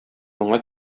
моңа